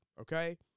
Okay